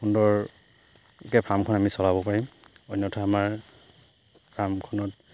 সুন্দৰকে ফাৰ্মখন আমি চলাব পাৰিম অন্যথা আমাৰ ফাৰ্মখনত